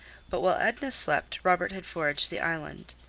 but while edna slept robert had foraged the island.